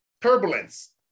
turbulence